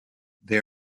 they